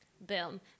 Boom